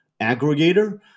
aggregator